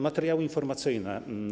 Materiały informacyjne.